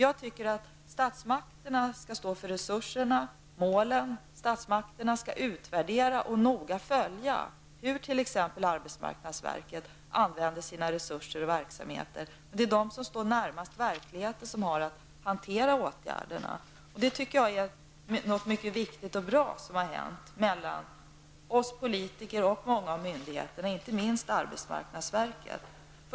Jag tycker att statsmakterna skall stå för resurserna och ange målen. Statsmakterna skall utvärdera och noga följa hur arbetsmarknadsverket använder sina resurser och verksamheter. Det är de som står närmast verkligheten som har att hantera åtgärderna. Jag tycker att detta är något mycket viktigt och bra som har hänt mellan oss politiker och många myndigheter, inte minst arbetsmarknadsverket.